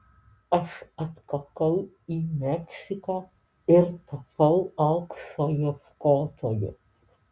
aš atkakau į meksiką ir tapau aukso ieškotoju